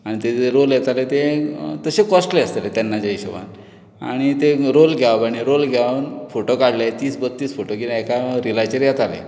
आनी तेजे रोल येताले ते तशे कॉस्टली आसताले तेन्नाच्या हिशोबान आनी ते रोल घेवाप आनी रोल घ्याऊन फोटो काडले तीस बत्तीस फोटो कितें एका रिलाचेर येताले